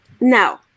no